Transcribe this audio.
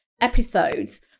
episodes